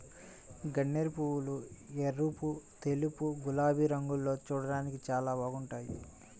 గన్నేరుపూలు ఎరుపు, తెలుపు, గులాబీ రంగుల్లో చూడ్డానికి చాలా బాగుంటాయ్